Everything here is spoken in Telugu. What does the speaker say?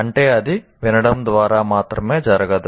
అంటే అది వినడం ద్వారా మాత్రమే జరగదు